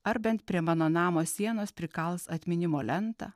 ar bent prie mano namo sienos prikals atminimo lentą